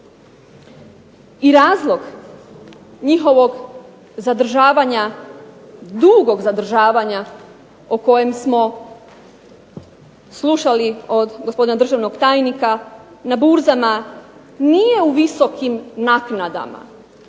I razlog njihovog zadržavanja, dugog zadržavanja o kojem smo slušali od gospodina državnog tajnika, na burzama nije u visokim naknadama.